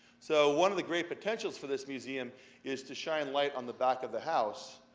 so one of the great potentials for this museum is to shine light on the back of the house.